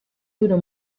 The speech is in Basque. euro